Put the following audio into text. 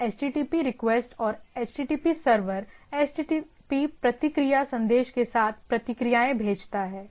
यह HTTP HTTP request और HTTP server HTTP प्रतिक्रिया संदेश के साथ प्रतिक्रियाएं भेजता है